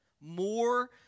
more